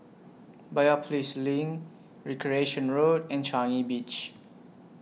Biopolis LINK Recreation Road and Changi Beach